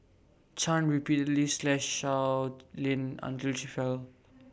chan repeatedly slashed Sow Lin until she fell